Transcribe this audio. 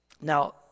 Now